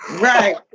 Right